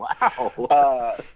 Wow